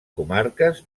comarques